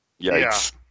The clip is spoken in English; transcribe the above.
Yikes